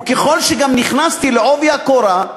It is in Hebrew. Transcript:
וככל שגם נכנסתי בעובי הקורה,